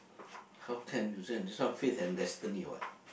how can you say this one fate and destiny what